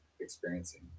experiencing